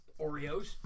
Oreos